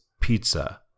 Pizza